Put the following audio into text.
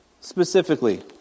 Specifically